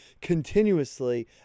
continuously